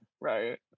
right